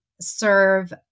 serve